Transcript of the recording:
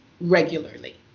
regularly